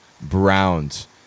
Browns